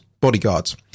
bodyguards